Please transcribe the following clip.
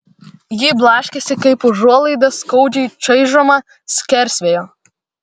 ji blaškėsi kaip užuolaida skaudžiai čaižoma skersvėjo